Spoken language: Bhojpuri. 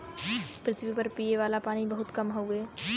पृथवी पर पिए वाला पानी बहुत कम हउवे